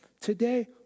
Today